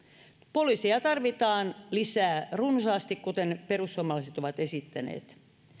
poliiseja tarvitaan lisää runsaasti kuten perussuomalaiset ovat esittäneet